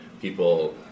people